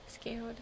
Scared